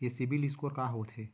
ये CIBIL score का होथे?